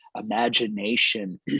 imagination